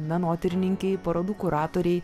menotyrininkei parodų kuratorei